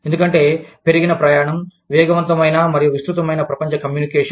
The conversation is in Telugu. ఎందుకంటే పెరిగిన ప్రయాణం వేగవంతమైన మరియు విస్తృతమైన ప్రపంచ కమ్యూనికేషన్